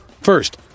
First